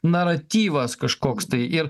naratyvas kažkoks tai ir